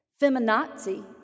Feminazi